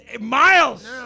miles